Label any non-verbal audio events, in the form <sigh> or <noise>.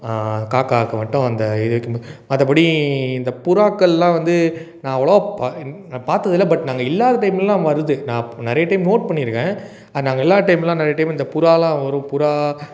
காக்காக்கு மட்டும் அந்த இது வைக்கும் போது மற்றபடி இந்த புறாக்கள்லாம் வந்து நான் அவ்வளோவா பா <unintelligible> நான் பார்த்ததுல்ல பட் நாங்கள் இல்லாத டைம்லலாம் வருது நான் நிறைய டைம் நோட் பண்ணி இருக்கேன் அது நாங்கள் இல்லாத டைம்லாம் நிறைய டைம் இந்த புறாலாம் வரும் புறா